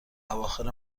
اواخر